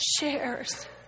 shares